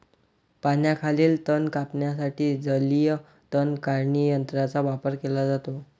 पाण्याखालील तण कापण्यासाठी जलीय तण काढणी यंत्राचा वापर केला जातो